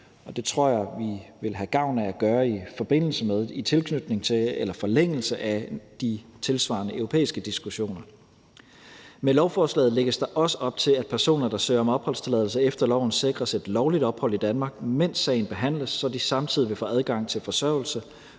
det tror jeg vi vil have gavn af at gøre i forbindelse med, i tilknytning til eller i forlængelse af de tilsvarende europæiske diskussioner. Med lovforslaget lægges der også op til, at personer, der søger om opholdstilladelse efter loven, sikres et lovligt ophold i Danmark, mens sagen behandles, så de samtidig vil få adgang til forsørgelse